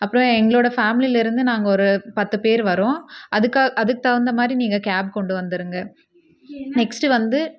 அப்புறம் எங்களோடய ஃபேமிலியில் இருந்து நாங்கள் ஒரு பத்து பேர் வரோம் அதுக்காக அதுக்கு தகுந்த மாதிரி நீங்கள் கேப் கொண்டு வந்துடுங்க நெக்ஸ்ட்டு வந்து